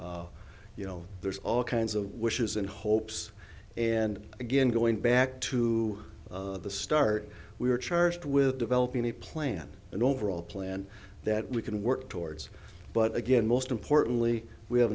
you know there's all kinds of wishes and hopes and again going back to the start we were charged with developing a plan an overall plan that we can work towards but again most importantly we have